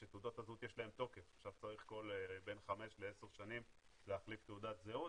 שלתעודות הזהות יש תוקף וצריך כל 5-10 שנים להחליף תעודת זהות,